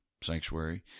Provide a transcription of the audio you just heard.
sanctuary